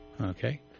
Okay